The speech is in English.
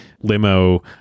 limo